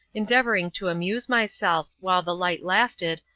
endeavoring to amuse myself, while the light lasted,